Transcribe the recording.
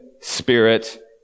spirit